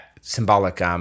symbolic